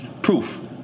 Proof